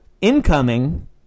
Incoming